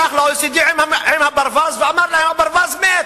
הלך ל-OECD עם הברווז ואמר להם: הברווז מת.